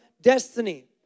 Destiny